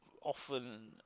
often